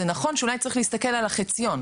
זה נכון שאולי צריך להסתכל על החציון.